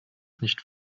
nicht